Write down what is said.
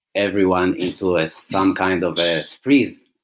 everyone into ah some kind of ah freeze.